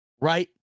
right